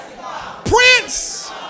Prince